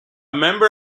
member